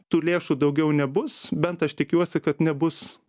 tų lėšų daugiau nebus bent aš tikiuosi kad nebus